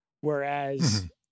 whereas